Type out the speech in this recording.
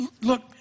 Look